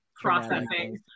processing